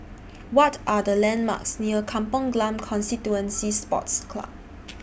What Are The landmarks near Kampong Glam Constituency Sports Club